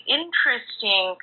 interesting